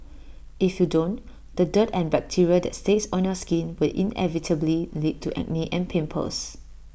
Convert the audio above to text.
if you don't the dirt and bacteria that stays on your skin will inevitably lead to acne and pimples